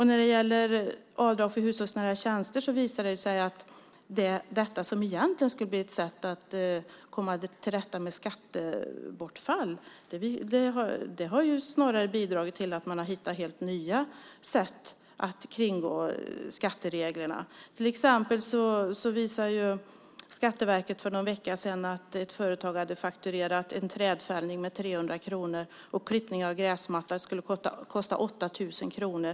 När det gäller avdrag för hushållsnära tjänster visar det sig att det som skulle bli ett sätt att komma till rätta med skattebortfall snarare har bidragit till att man har hittat helt nya sätt att kringgå skattereglerna. Till exempel visade Skatteverket för någon vecka sedan att ett företag hade fakturerat en trädfällning med 300 kronor medan klippning av gräsmatta skulle kosta 8 000 kronor.